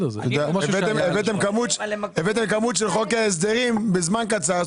הבאתם כמות של חוק ההסדרים בזמן קצר.